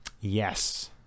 yes